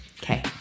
Okay